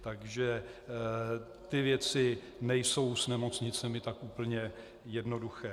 Takže ty věci nejsou s nemocnicemi tak úplně jednoduché.